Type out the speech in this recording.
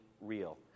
real